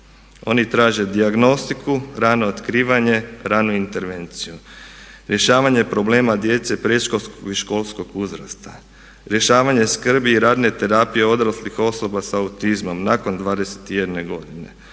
Oni traže dijagnostiku, rano otkrivanje, ranu intervenciju, rješavanje problema djece predškolskog i školskog uzrasta, rješavanje skrbi i radne terapije odraslih osoba sa autizmom nakon 21. godine